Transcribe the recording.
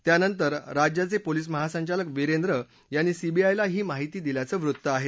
त्यानंतर राज्याचे पोलिस महासंचालक वीरेंद्र यांनी सीबीआयला ही माहिती दिल्याचं वृत्त आहे